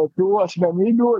tokių asmenybių